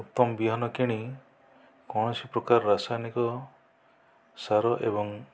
ଉତ୍ତମ ବିହନ କିଣି କୌଣସି ପ୍ରକାର ରାସାୟନିକ ସାର ଏବଂ